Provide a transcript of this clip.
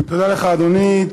תודה לך, אדוני.